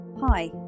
Hi